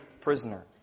prisoner